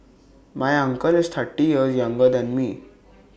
my uncle is thirty years younger than me